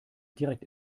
direkt